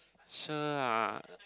sure ah